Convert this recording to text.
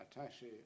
attache